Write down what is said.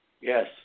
Yes